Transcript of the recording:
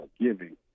giving